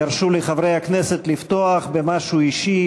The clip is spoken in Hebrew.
ירשו לי חברי הכנסת לפתוח במשהו אישי.